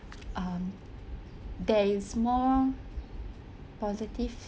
um there is more positive